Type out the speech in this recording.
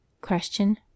Question